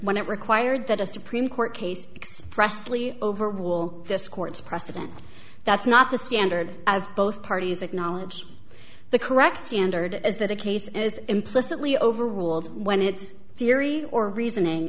when it required that a supreme court case expressly overrule this court's precedent that's not the standard as both parties acknowledge the correct standard is that a case is implicitly overruled when it's theory or reasoning